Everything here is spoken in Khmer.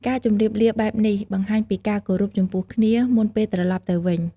ការជម្រាបលាបែបនេះ បង្ហាញពីការគោរពចំពោះគ្នា មុនពេលត្រឡប់ទៅវិញ។